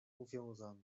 uwiązane